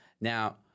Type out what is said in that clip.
now